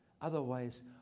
Otherwise